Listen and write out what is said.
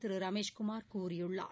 திரு ரமேஷ் குமார் கூறியுள்ளார்